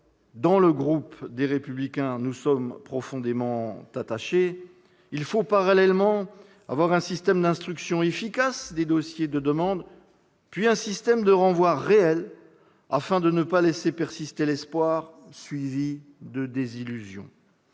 sein du groupe Les Républicains, nous sommes profondément attachés, il faut parallèlement avoir un système d'instruction efficace des dossiers de demande, puis un système de renvoi réel, afin de ne pas laisser persister l'espoir suivi de désillusion.